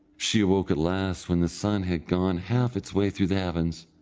she awoke at last when the sun had gone half its way through the heavens.